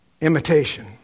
Imitation